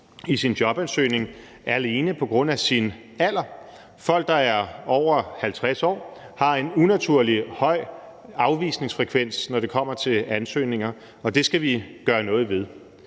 i deres jobansøgning alene på grund af deres alder. Folk, der er over 50 år, har en unaturligt høj afvisningsfrekvens, når det kommer til ansøgninger, og det skal vi gøre noget ved.